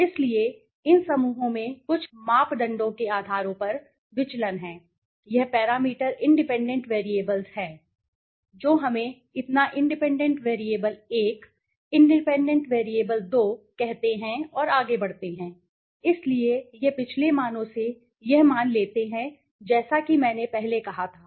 इसलिए इन समूहों में कुछ मापदंडों के आधारों पर विचलन है यह पैरामीटर इंडिपेंडेंट वैरिएबल्स हैं जो हमें इतना इंडिपेंडेंट वैरिएबल 1 इंडिपेंडेंट वैरिएबल 2 कहते हैं और आगे बढ़ते हैं इसलिए यह पिछले मानों से यह मान लेते हैं जैसा कि मैंने पहले कहा था